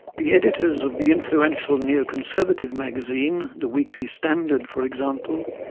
the editors of the influential neoconservative magazine, the weekly standard, for example,